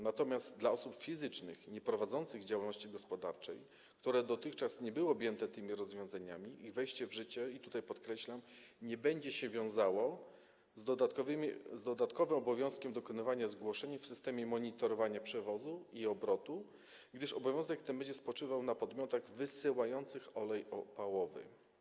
Natomiast dla osób fizycznych nieprowadzących działalności gospodarczej, które dotychczas nie były objęte tymi rozwiązaniami, ich wejście w życie, co podkreślam, nie będzie się wiązało z dodatkowym obowiązkiem dokonywania zgłoszeń w systemie monitorowania przewozu i obrotu, gdyż obowiązek ten będzie spoczywał na podmiotach wysyłających olej opałowy.